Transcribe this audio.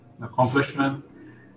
accomplishment